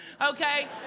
okay